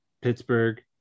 Pittsburgh